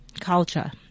culture